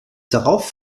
darauf